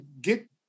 get